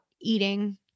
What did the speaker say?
eating